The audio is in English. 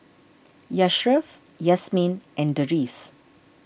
Yashraff Yasmin and Deris